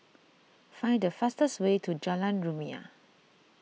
find the fastest way to Jalan Rumia